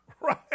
Right